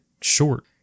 short